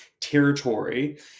territory